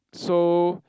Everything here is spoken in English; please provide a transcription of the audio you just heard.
so